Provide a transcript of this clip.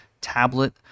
tablet